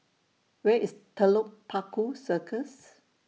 Where IS Telok Paku Circus